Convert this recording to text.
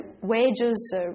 wages